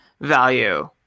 value